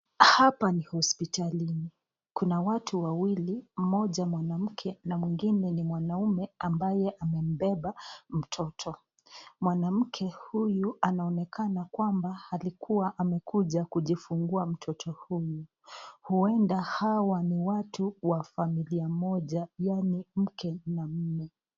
Hapa ni hospitalini kuna watu wawili, mmoja mwanamke na mwengine ni mwanaume ambae amembeba mtoto. Mwanamke huyu anaonekana kwamba alikuwa amekuja kujifungua mtoto huyu. Huenda hawa ni watu wa familia moja yaani mke na mume.